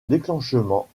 déclenchement